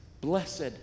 Blessed